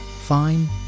Fine